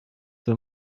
wenn